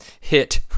hit